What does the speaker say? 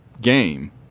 game